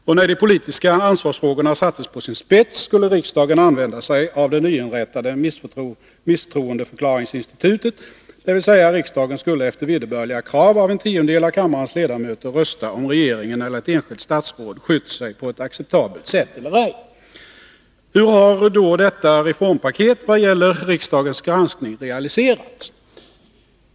Och när de politiska ansvarsfrågorna sattes på sin spets skulle riksdagen använda sig av det nyinrättade misstroendeförklaringsinstitutet, dvs. riksdagen skulle efter vederbörliga krav från en tiondel av kammarens ledamöter rösta om huruvida regeringen eller ett enskilt statsråd skött sig på ett acceptabelt sätt eller ej. Hur har då detta reformpaket vad gäller riksdagens granskning realiserats?